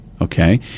okay